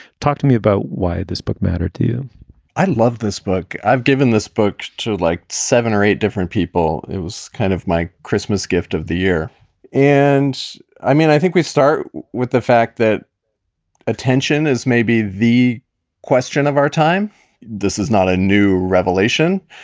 talk to me about why this book matter to you i love this book. i've given this book to like seven or eight different people. it was kind of my christmas gift of the year and i mean, i think we start with the fact that attention is maybe the question of our time this is not a new revelation.